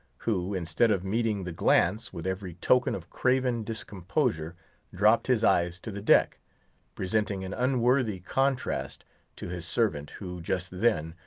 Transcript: who, instead of meeting the glance, with every token of craven discomposure dropped his eyes to the deck presenting an unworthy contrast to his servant, who, just then,